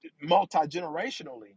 multi-generationally